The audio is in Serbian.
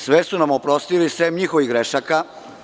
Sve su nam oprostili sem njihovih grešaka.